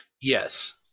yes